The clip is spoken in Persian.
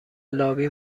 لابی